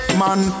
man